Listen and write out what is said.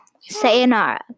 Sayonara